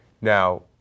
Now